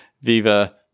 Viva